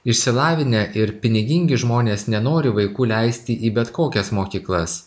išsilavinę ir pinigingi žmonės nenori vaikų leisti į bet kokias mokyklas